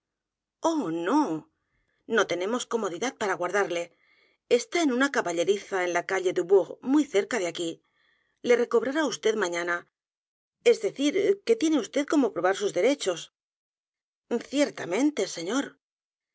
h no no tenemos comodidad para guardarle está en una caballeriza en la calle dubourg muy cerca de aquí le recobrará vd mañana e s decir que tiene vd cómo probar sus derechos ciertamente señor